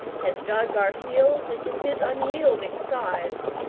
had dug our heels into his unyielding sides,